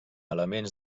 elements